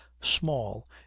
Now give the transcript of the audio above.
small